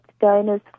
donors